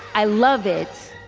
i love it